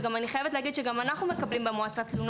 ואני חייבת להגיד שגם אנחנו מקבלים תלונות